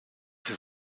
für